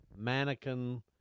mannequin